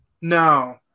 No